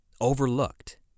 overlooked